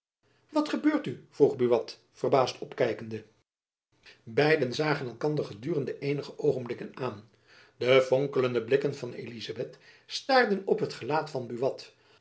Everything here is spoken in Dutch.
wat gebeurt u vroeg buat verbaasd opkijkende beiden zagen elkander gedurende eenige oogenblikken aan de vonkelende blikken van elizabeth staarden op het gelaat van